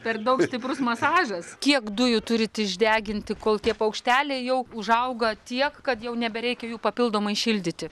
per daug stiprus masažas kiek dujų turit išdeginti kol tie paukšteliai jau užauga tiek kad jau nebereikia jų papildomai šildyti